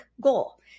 goal